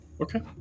Okay